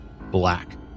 black